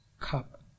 cup